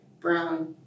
brown